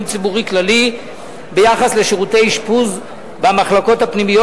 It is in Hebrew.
ציבורי כללי ביחס לשירותי אשפוז במחלקות הפנימיות,